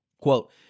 quote